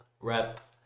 Rep